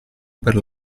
per